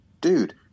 dude